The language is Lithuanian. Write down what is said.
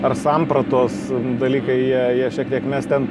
ar sampratos dalykai jie jie šiek tiek mes ten